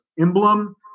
emblem